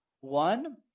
One